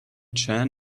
chan